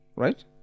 right